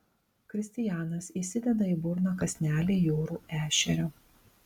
kristijanas įsideda į burną kąsnelį jūrų ešerio